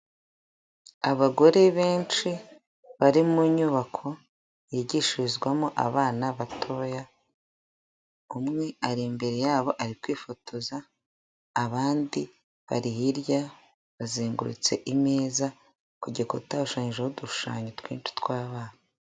Abagore benshi bari mu nyubako bigishirizwamo abana batoya umwe ari imbere yabo ari kwifotoza abandi bari hirya bazengurutse imeza ku gikuta hashushanyijeho udushushanyo twinshi tw'abana.